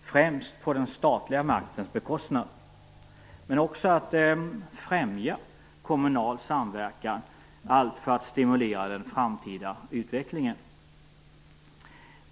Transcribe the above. på främst den statliga maktens bekostnad, men också att främja kommunal samverkan - allt för att stimulera den framtida utvecklingen.